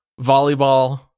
volleyball